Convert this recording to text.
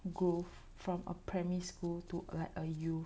growth from a primary school to like a youth